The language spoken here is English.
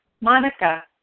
Monica